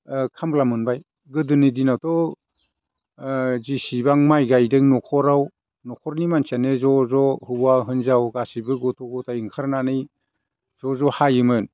खामला मोनबाय गोदोनि दिनावथ' जेसेबां माइ गायदों न'खराव न'खरनि मानसियानो ज' ज' हौवा हिन्जाव गासैबो गथ' गथाइ ओंखारनानै ज' ज' हायोमोन